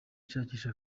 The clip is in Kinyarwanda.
nshakisha